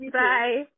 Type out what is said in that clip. bye